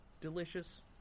delicious